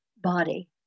body